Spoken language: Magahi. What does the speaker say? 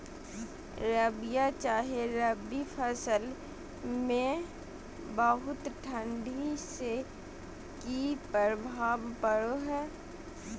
रबिया चाहे रवि फसल में बहुत ठंडी से की प्रभाव पड़ो है?